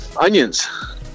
Onions